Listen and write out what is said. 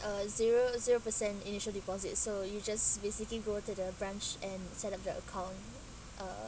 a zero zero-per cent initial deposit so you just visiting go to the branch and set up the account uh